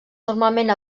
normalment